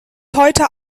heute